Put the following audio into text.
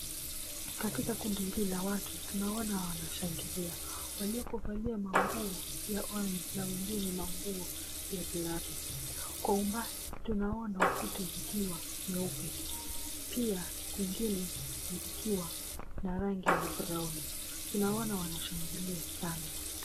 Katika kundi hili la watu tunaona wanashangilia, walioko valia manguo ya orange na wengine wenye manguo ya black . Kwa umbali tunaona ukuta zikiwa nyeupe pia kuna nyingine zikiwa na rangi ya brown , tunawaona wanashangilia sana.